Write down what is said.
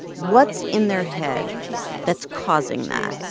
what's in their head that's causing that?